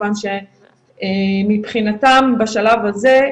מכיוון שמבחינתם בשלב הזה,